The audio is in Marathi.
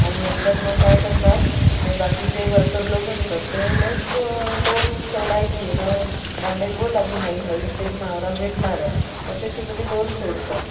आणि नंतर मग काय करतात ते बाकीचे वर्कर लोक असतात ते मग डोल सोडायची मग तांडेल बोलला की आहे आहे इथेच म्हावरा भेटणार आहे मग ते तिकडे डोल सोडतात